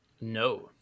No